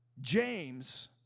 James